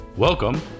Welcome